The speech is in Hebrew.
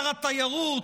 שר התיירות,